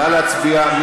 נא להצביע.